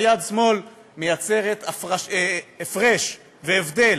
אבל יד שמאל מייצרת הפרש והבדל